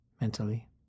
mentally